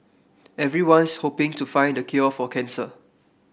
everyone's hoping to find the cure for cancer